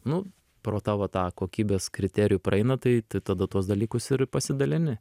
nu pro tavo tą kokybės kriterijų praeina tai tai tada tuos dalykus ir pasidalini